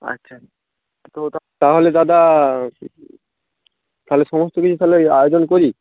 আচ্ছা তো তাহলে দাদা তাহলে সমস্ত কিছু তাহলে ঐ আয়োজন করি